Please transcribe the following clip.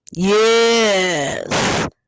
Yes